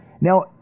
Now